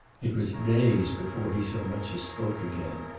it was days before he so much as spoke again.